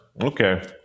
Okay